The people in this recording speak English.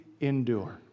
endure